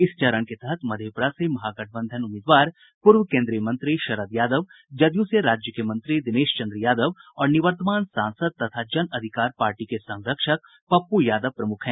इस चरण के तहत मधेपुरा से महागठबंधन उम्मीदवार पूर्व केन्द्रीय मंत्री शरद यादव जदयू से राज्य के मंत्री दिनेश चंद्र यादव और निवर्तमान सांसद तथा जन अधिकार पार्टी के संरक्षक पप्पू यादव प्रमुख हैं